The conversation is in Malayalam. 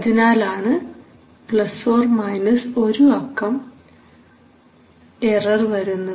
അതിനാൽ ആണ് ± ഒരു അക്കം എറർ വരുന്നത്